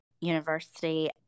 university